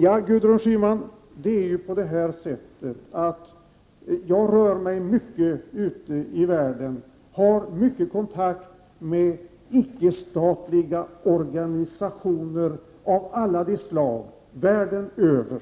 Jag rör mig mycket ute i världen, Gudrun Schyman, och jag har många kontakter med icke-statliga organisationer av alla de slag världen över.